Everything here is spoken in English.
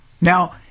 Now